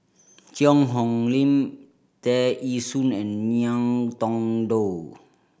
Cheang Hong Lim Tear Ee Soon and Ngiam Tong Dow